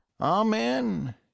Amen